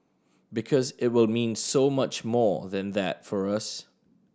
because it will mean so much more than that for us